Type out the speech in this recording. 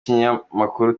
ikinyamakuru